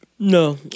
No